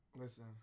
Listen